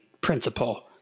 principle